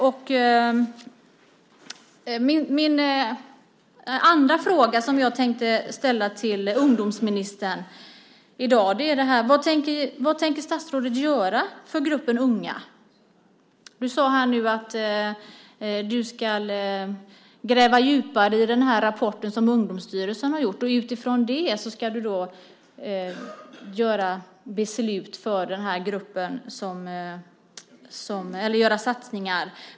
Min andra fråga som jag tänkte ställa till ungdomsministern i dag är: Vad tänker statsrådet göra för gruppen unga? Du sade att du ska gräva djupare i den rapport som Ungdomsstyrelsen har sammanställt och utifrån det ska du göra satsningar på den här gruppen.